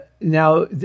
now